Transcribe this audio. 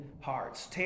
hearts